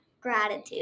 gratitude